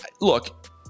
look